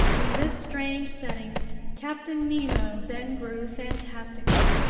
in this strange setting captain nemo then grew fantastically.